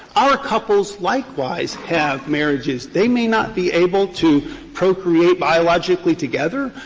our couples, likewise, have marriages. they may not be able to procreate biologically together,